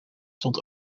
stond